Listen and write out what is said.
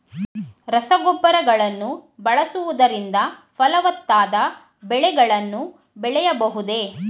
ರಸಗೊಬ್ಬರಗಳನ್ನು ಬಳಸುವುದರಿಂದ ಫಲವತ್ತಾದ ಬೆಳೆಗಳನ್ನು ಬೆಳೆಯಬಹುದೇ?